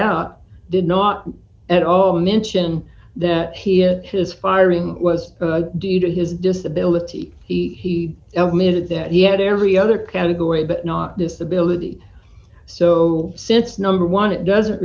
out did not at all mention that he had his firing was due to his disability he made it that he had every other category but not disability so since number one it doesn't